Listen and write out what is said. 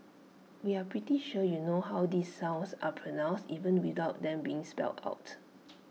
we are pretty sure you know how these sounds are pronounced even without them being spelled out